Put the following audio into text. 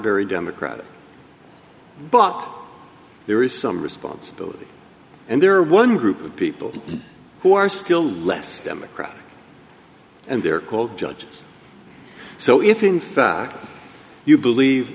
very democratic but there is some responsibility and there are one group of people who are still less democratic and they're called judges so if in fact you believe